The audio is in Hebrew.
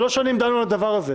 שלוש שנים דנו על הדבר הזה,